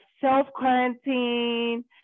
self-quarantine